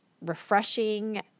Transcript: refreshing